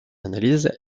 analyse